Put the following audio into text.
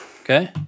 Okay